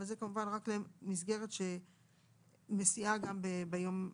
אבל זה כמובן רק למסגרת שמסיעה גם בשגרה.